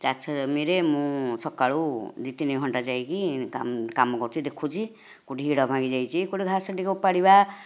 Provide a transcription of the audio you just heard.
ଚାଷ ଜମିରେ ମୁଁ ସକାଳୁ ଦୁଇ ତିନି ଘଣ୍ଟା ଯାଇକି କାମ କାମ କରୁଛି ଦେଖୁଛି କେଉଁଠି ହିଡ଼ ଭାଙ୍ଗି ଯାଇଛି କେଉଁଠି ଘାସ ଟିକେ ଓପାଡ଼ିବା